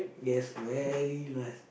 yes very nice